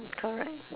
correct